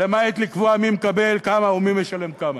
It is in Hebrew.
למעט קביעה מי מקבל כמה ומי משלם כמה?